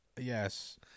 Yes